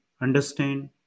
understand